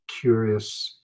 curious